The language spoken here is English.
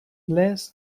less